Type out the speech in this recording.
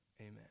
amen